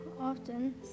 often